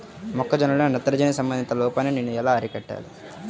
మొక్క జొన్నలో నత్రజని సంబంధిత లోపాన్ని నేను ఎలా అరికట్టాలి?